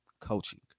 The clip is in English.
coaching